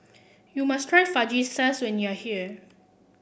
you must try Fajitas when you are here